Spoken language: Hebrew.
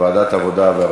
ועדת העבודה בבקשה.